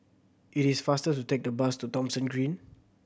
it is faster to take the bus to Thomson Green